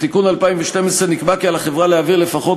בתיקון מ-2012 נקבע כי על החברה להעביר לפחות